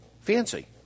Fancy